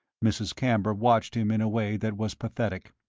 mrs. camber watched him in a way that was pathetic.